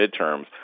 midterms